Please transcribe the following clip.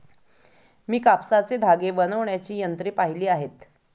मी कापसाचे धागे बनवण्याची यंत्रे पाहिली आहेत